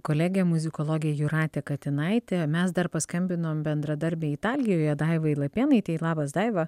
kolegė muzikologė jūratė katinaitė o mes dar paskambinom bendradarbei italijoje daivai lapėnaitei labas daiva